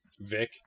Vic